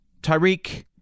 Tyreek